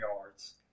yards